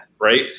right